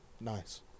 Nice